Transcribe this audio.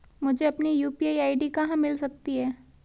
मुझे अपनी UPI ID कहां मिल सकती है?